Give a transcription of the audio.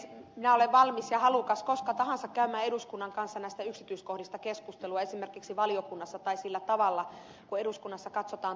minä olen valmis ja halukas koska tahansa käymään eduskunnan kanssa näistä yksityiskohdista keskustelua esimerkiksi valiokunnassa tai sillä tavalla kuin eduskunnassa katsotaan tarpeelliseksi